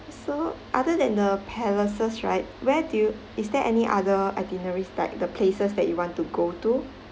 so other than the palaces right where do you is there any other itineraries like the places that you want to go to